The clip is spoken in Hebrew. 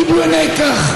קיבלו נתח,